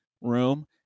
room